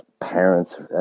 parents